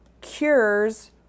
cures